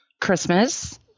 Christmas